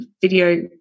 video